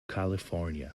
california